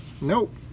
Nope